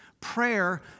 Prayer